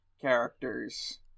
characters